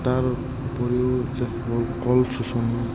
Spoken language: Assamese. তাৰ উপৰিও কল চুচনি